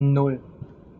nan